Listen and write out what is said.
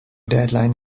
deadline